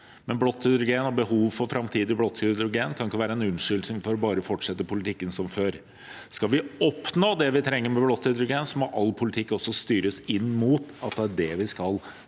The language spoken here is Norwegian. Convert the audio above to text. men blått hydrogen og behovet for framtidig blått hydrogen kan ikke være en unnskyldning for bare å fortsette politikken som før. Skal vi oppnå det vi trenger med blått hydrogen, må all politikk styres inn mot at det er det vi skal